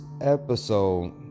episode